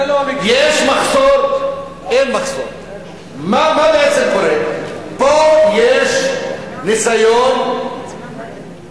אין מחסור, אין מחסור, זה לא המקרה.